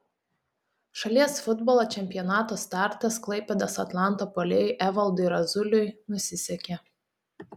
šalies futbolo čempionato startas klaipėdos atlanto puolėjui evaldui razuliui nusisekė